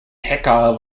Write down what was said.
hecker